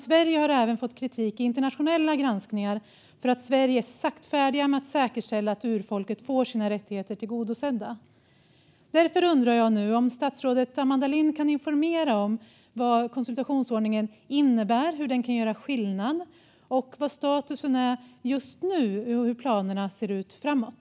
Sverige har även fått kritik i internationella granskningar för att Sverige är saktfärdigt med att säkerställa att urfolket får sina rättigheter tillgodosedda. Därför undrar jag nu om statsrådet Amanda Lind kan informera om vad konsultationsordningen innebär, hur den kan göra skillnad, vad statusen är just nu och hur planerna ser ut framåt.